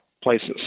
places